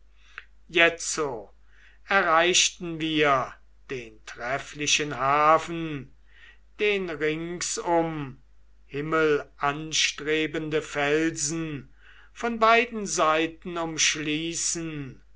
jetzo erreichten wir den trefflichen hafen den ringsum himmelanstrebende felsen von beiden seiten umschließen